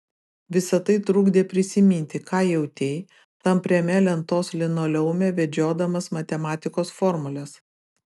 visa tai trukdė prisiminti ką jautei tampriame lentos linoleume vedžiodamas matematikos formules